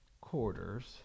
quarters